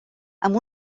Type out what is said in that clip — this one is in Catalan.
amb